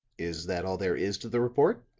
is that all there is to the report?